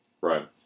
Right